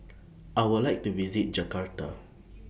I Would like to visit Jakarta